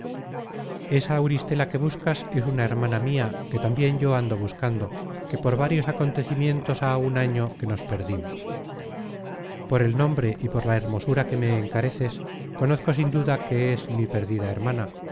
esa auristela que buscas es una hermana mia que tambien yo ando buscando que por varios acontecimientos há un año que nos perdimos por el nombre y por la hermosura que me encareces conozco sin duda que es mi perdida hermana